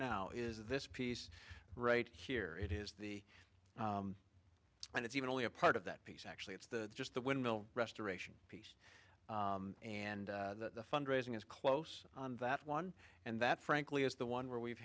now is this piece right here it is the and it's even only a part of that piece actually it's the just the windmill restoration of peace and the fundraising is close on that one and that frankly is the one where we've